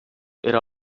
era